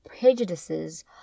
prejudices